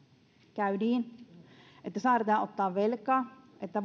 käy niin että saatetaan ottaa velkaa että